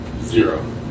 Zero